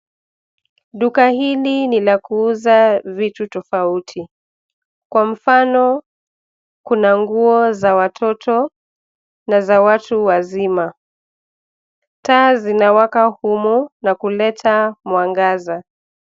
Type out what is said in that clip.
Duka hili ni la kuuza vitu tofauti kwa mfano, kuna nguo za watoto na za watu wazima. Taa zinawaka humu na kuleta mwangaza.